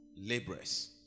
laborers